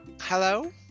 Hello